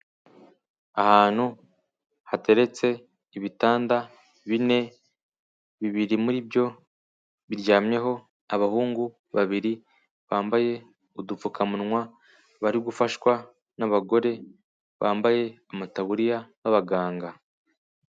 Ahantu hateretse ibitanda bine, bibiri muri byo biryamyeho abahungu babiri bambaye udupfukamunwa, bari gufashwa n'abagore bambaye amataburiya b'abaganga.